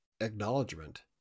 acknowledgement